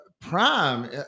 Prime